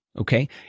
okay